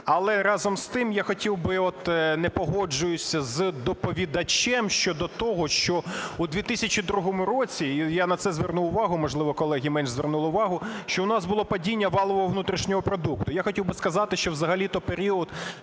Але разом з тим я хотів би… От не погоджуюсь з доповідачем щодо того, що у 2002 році – і я на це звернув увагу, можливо, колеги менш звернули увагу – що в нас було падіння валового внутрішнього продукту. Я хотів би сказати, що взагалі-то період